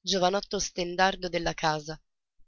giovanotto stendardo della casa